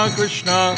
Krishna